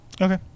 Okay